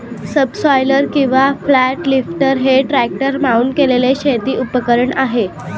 subsoiler किंवा flat lifter हे tractor mount केलेले शेती उपकरण आहे